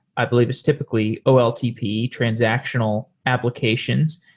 i believe it's typically oltp transactional applications.